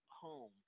home